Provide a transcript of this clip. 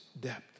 depth